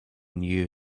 new